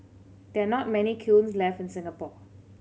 there are not many kilns left in Singapore